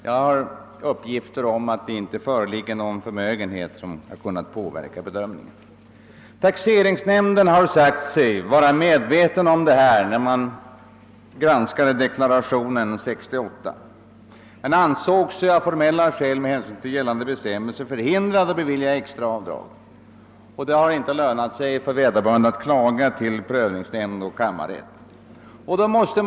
Jag har uppgifter om att det inte föreligger någon förmögenhet som har kunnat påverka bedömningen. Taxeringsnämnden har sagt sig känna till förhållandena när den granskade deklarationen 1968, men nämnden ansåg sig av formella skäl med hänsyn till gällande bestämmelser förhindrad att bevilja extra avdrag. Vederbörande har klagat till prövningsnämnd och kammarrätt men ej fått beslutet ändrat.